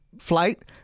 Flight